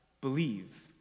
believe